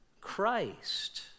christ